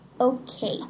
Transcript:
Okay